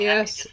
Yes